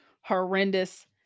horrendous